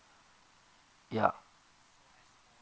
ya